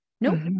no